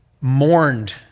mourned